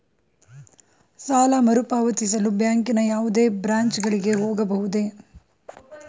ಸಾಲ ಮರುಪಾವತಿಸಲು ಬ್ಯಾಂಕಿನ ಯಾವುದೇ ಬ್ರಾಂಚ್ ಗಳಿಗೆ ಹೋಗಬಹುದೇ?